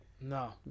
No